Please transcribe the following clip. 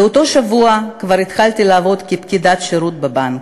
באותו שבוע כבר התחלתי לעבוד כפקידת שירות בבנק.